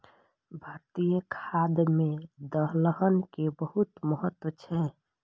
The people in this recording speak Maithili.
भारतीय खाद्य मे दलहन के बहुत महत्व छै